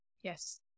yes